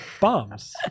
bombs